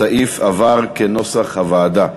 הסעיף עבר כנוסח הוועדה.